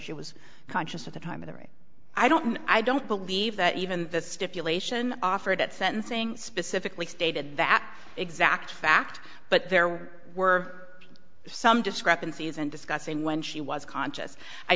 she was conscious of the time of the rape i don't i don't believe that even the stipulation offered at sentencing specifically stated that exact fact but there were some discrepancies and discussing when she was conscious i